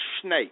snake